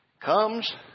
comes